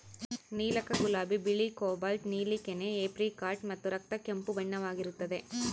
ನೀಲಕ ಗುಲಾಬಿ ಬಿಳಿ ಕೋಬಾಲ್ಟ್ ನೀಲಿ ಕೆನೆ ಏಪ್ರಿಕಾಟ್ ಮತ್ತು ರಕ್ತ ಕೆಂಪು ಬಣ್ಣವಾಗಿರುತ್ತದೆ